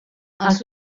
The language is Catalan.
els